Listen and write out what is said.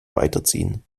weiterziehen